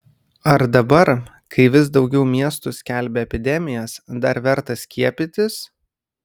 ar dabar kai vis daugiau miestų skelbia epidemijas dar verta skiepytis